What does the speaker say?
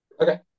okay